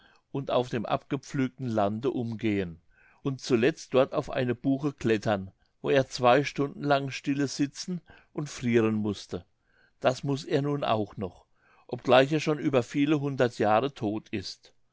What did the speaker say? und auf dem abgepflügten lande umgehen und zuletzt dort auf eine buche klettern wo er zwei stunden lang stille sitzen und frieren mußte das muß er nun auch noch obgleich er schon über viele hundert jahre todt ist